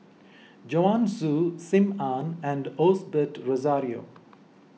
Joanne Soo Sim Ann and Osbert Rozario